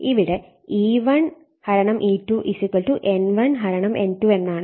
ഇവിടെ E1 E2 N1 N2 എന്നാണ്